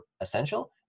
essential